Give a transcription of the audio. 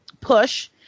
push